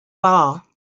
bar